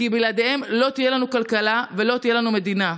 כי בלעדיהם לא תהיה לנו כלכלה ולא תהיה לנו מדינה.